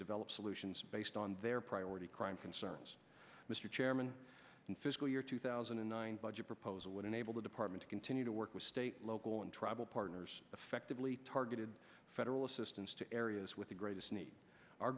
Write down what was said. develop solutions based on their priority crime concerns mr chairman and fiscal year two thousand and nine budget proposal would enable the department to continue to work with state local and tribal partners effectively targeted federal assistance to areas with the greatest need our